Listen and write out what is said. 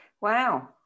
Wow